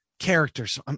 characters